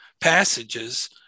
passages